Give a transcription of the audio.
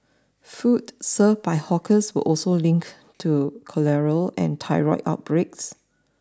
food served by hawkers were also linked to cholera and typhoid outbreaks